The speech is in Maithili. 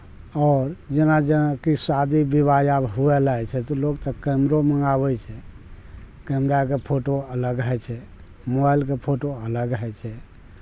आओर जेना जेनाकि शादी विवाह आब हुए लागै छै तऽ लोक तऽ कैमरो मँगाबै छै कैमराके फोटो अलग होइ छै मोबाइलके फोटो अलग होइ छै